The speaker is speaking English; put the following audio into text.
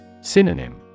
Synonym